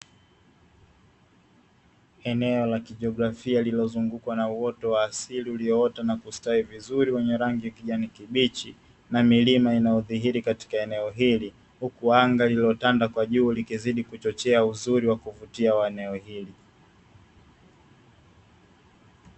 Eneo la kijiografia lililozungukwa na uoto wa asili ulioota na kustawi vizuri wenye rangi ya kijani kibichi, na milima inayodhihiri katika eneo hili, huku anga liliotanda kwa juu likizidi kuchochea uzuri wa kuvutia wa eneo hili.